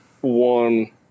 one